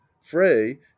Frey